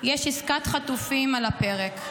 יש עסקת חטופים על הפרק.